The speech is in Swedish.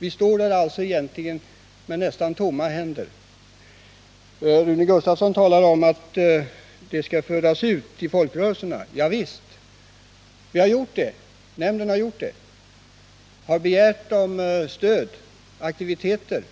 Vi står alltså med nästan tomma händer. Rune Gustavsson talar om att den här verksamheten skall föras ut till folkrörelserna. Javisst! Nämnden har gjort det och begärt stöd för olika aktiviteter,